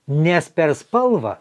nes per spalvą